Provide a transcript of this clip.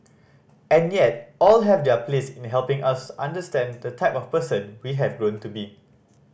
and yet all have their place in helping us understand the type of person we have grown to be